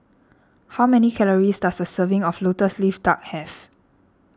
how many calories does a serving of Lotus Leaf Duck have